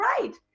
right